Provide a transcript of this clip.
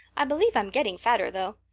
i believe i'm getting fatter, though.